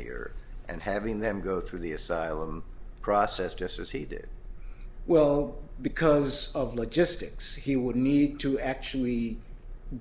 here and having them go through the asylum process just as he did well because of logistics he would need to actually